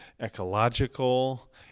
ecological